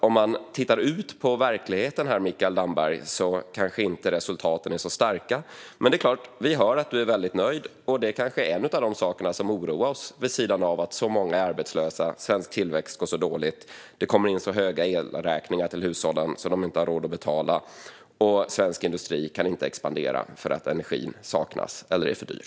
Om man tittar på verkligheten, Mikael Damberg, ser man att resultaten inte är så starka. Men vi hör att finansministern är väldigt nöjd. Till de saker som oroar oss, vid sidan av att så många är arbetslösa, hör att svensk tillväxt går så dåligt, att det kommer in så höga elräkningar till hushållen att de inte har råd att betala dem och att svensk industri inte kan expandera eftersom energin saknas eller är för dyr.